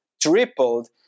tripled